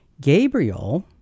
Gabriel